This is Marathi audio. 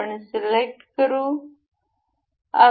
आपण हे सिलेक्ट करू